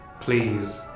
Please